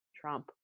trump